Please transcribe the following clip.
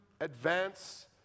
advance